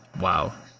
wow